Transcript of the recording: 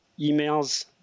emails